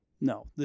No